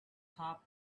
top